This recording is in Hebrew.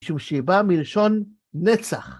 משום שהיא באה מלשון נצח.